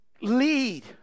lead